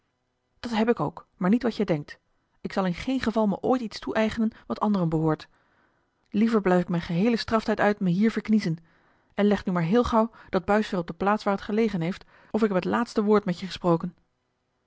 dat heb ik ook maar niet wat jij denkt ik zal in geen geval me ooit iets toeëigenen wat anderen behoort liever blijf ik mijn geheelen straftijd uit me hier verkniezen en leg nu maar heel gauw dat buis weer op de plaats waar het gelegen heeft of ik heb het laatste woord met je gesproken